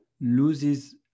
loses